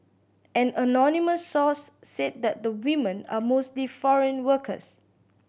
an anonymous source said that the women are mostly foreign workers